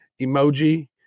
emoji